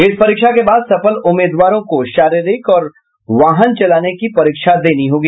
इस परीक्षा के बाद सफल उम्मीदवारों को शारीरिक और वाहन चलाने की परीक्षा देनी होगी